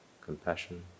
compassion